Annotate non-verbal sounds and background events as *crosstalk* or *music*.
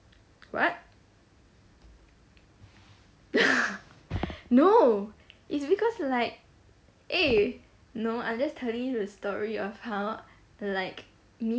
what *laughs* no it's because like eh no I'm just telling you the story of how like me